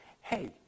hey